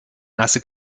nasse